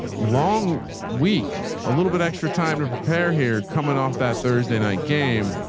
long week. a little bit extra time to prepare here, coming off that thursday night game.